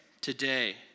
today